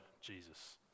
Jesus